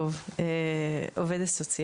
אני מגיעה מטעם איגוד העובדים והעובדות הסוציאליות